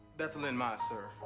that's linn mai, sir.